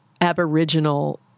Aboriginal